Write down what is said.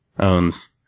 owns